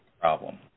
problem